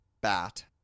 bat